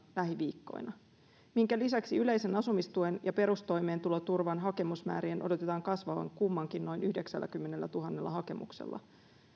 lähiviikkoina minkä lisäksi yleisen asumistuen ja perustoimeentuloturvan hakemusmäärien odotetaan kasvavan kummankin noin yhdeksälläkymmenellätuhannella hakemuksella